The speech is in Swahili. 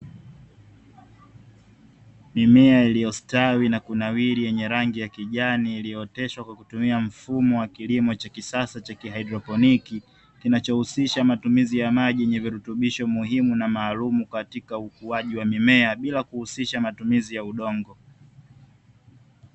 Mimea iliyostawi na kunawiri yenye rangi ya kijani, iliyooteshwa kwa kutumia mfumo wa kilimo cha kisasa cha kihaidroponi, kinachohusisha matumizi ya maji yenye virutubisho muhimu na maalumu katika ukuaji wa mimea bila kuhusisha matumizi ya udongo.